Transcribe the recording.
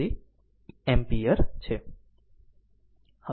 89 ampere છે